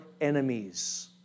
enemies